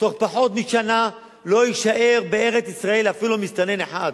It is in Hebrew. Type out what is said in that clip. בתוך פחות משנה לא יישאר בארץ-ישראל אפילו מסתנן אחד.